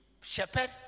shepherd